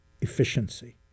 efficiency